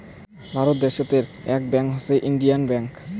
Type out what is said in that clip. ভারত দ্যাশোতের আক ব্যাঙ্কত হসে ইন্ডিয়ান ব্যাঙ্ক